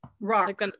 Rock